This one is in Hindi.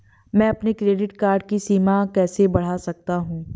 मैं अपने क्रेडिट कार्ड की सीमा कैसे बढ़ा सकता हूँ?